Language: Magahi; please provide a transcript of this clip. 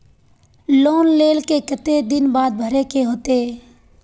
लोन लेल के केते दिन बाद भरे के होते?